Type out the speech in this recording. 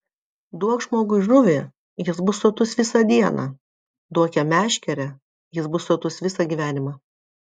duok žmogui žuvį jis bus sotus visą dieną duok jam meškerę jis bus sotus visą gyvenimą